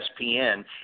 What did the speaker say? ESPN